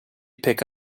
pick